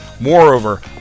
Moreover